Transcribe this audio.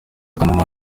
kanuma